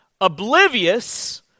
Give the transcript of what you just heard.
oblivious